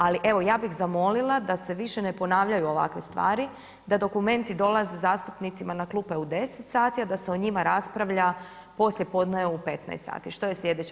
Ali evo ja bih zamolila da se više ne ponavljaju ovakve stvari da dokumenti dolaze zastupnicima na klupe u 10 sati a da se o njima raspravlja poslijepodne u 15h. Što je sljedeće?